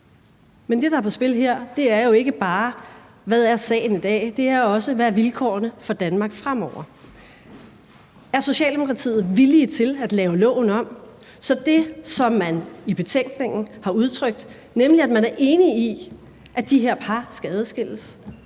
men det, der er på spil her, er jo ikke bare, hvad sagen er i dag; det er også, hvad vilkårene er for Danmark fremover. Er Socialdemokratiet villige til at lave loven om, så det, man i betænkningen har udtrykt, nemlig at man er enig i, at de her par skal adskilles,